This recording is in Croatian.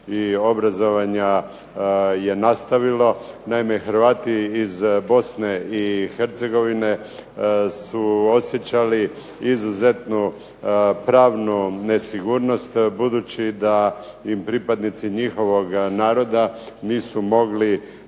i obrazovanja je nastavilo. Naime Hrvati iz Bosne i Hercegovine su osjećali izuzetnu pravnu nesigurnost, budući da im pripadnici njihovog naroda nisu mogli